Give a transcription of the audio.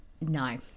No